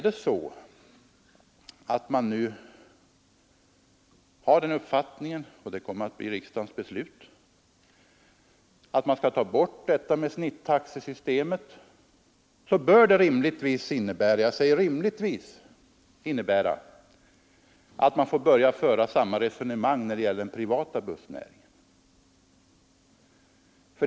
Har man nu den uppfattningen — och det kommer att bli riksdagens beslut — att snittaxesystemet skall bort, så bör det rimligtvis innebära att man får börja föra samma resonemang när det gäller den privata bussnäringen.